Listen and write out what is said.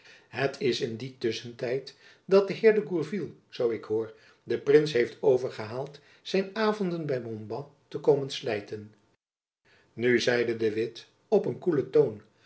het is in dien tusschentijd dat de heer de gourville zoo ik hoor den prins heeft overgehaald zijn avonden by montbas te komen slijten nu zeide de witt op een koelen toon